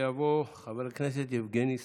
יעלה ויבוא חבר הכנסת יבגני סובה.